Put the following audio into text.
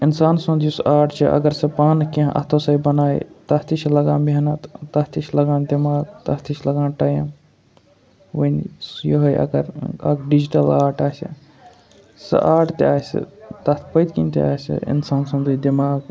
اِنسان سُنٛد یُس آرٹ چھِ اگر سُہ پانہٕ کینٛہہ اَتھو سۭتۍ بَنایہِ تَتھ تہِ چھِ لگان محنت تَتھ تہِ چھِ لَگان دٮ۪ماغ تَتھ تہِ چھِ لَگان ٹایم وۄنہِ سُہ یوٚہَے اگر اَکھ ڈِجٹَل آرٹ آسہِ سُہ آرٹ تہِ آسہِ تَتھ پٔتۍ کِنۍ تہِ آسہِ اِنسان سُںٛدٕے دٮ۪ماغ